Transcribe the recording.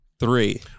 Three